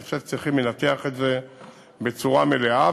אני חושב שצריך לנתח את זה בצורה מלאה,